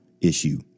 issue